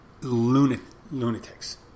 lunatics